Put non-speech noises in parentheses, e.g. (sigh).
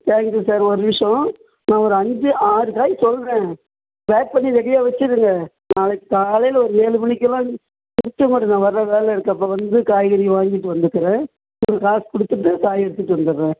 thank you sir ஒரு நிமிஷம் நான் ஒரு அஞ்சு ஆறு காய் சொல்கிறேன் பேக் பண்ணி ரெடியாக வச்சுருங்க நாளைக்கு காலையில் ஒரு ஏழு மணிக்கெலாம் (unintelligible) வர வேலை இருக்குது அப்போ வந்து காய்கறி வாங்கிட்டு வந்துக்கிறேன் உங்களுக்கு காசு கொடுத்துட்டு காய் எடுத்துகிட்டு வந்துடறேன்